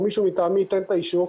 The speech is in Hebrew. או מישהו מטעמי ייתן את האישור,